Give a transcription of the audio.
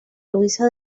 luisa